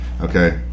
okay